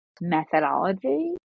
methodology